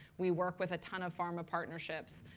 we work with a ton of pharma partnerships.